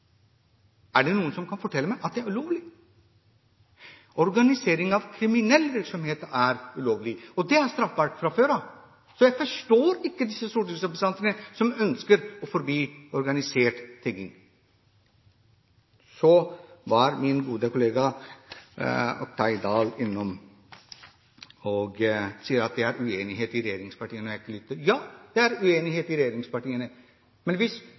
Er det noen som kan fortelle meg at det er ulovlig? Organisering av kriminell virksomhet er ulovlig, og det er straffbart fra før av. Så jeg forstår ikke disse stortingsrepresentantene som ønsker å forby organisert tigging. Så var min gode kollega, Oktay Dahl, innom og sa at det er uenighet i regjeringspartiene. Ja, det er uenighet i regjeringspartiene. Men hvis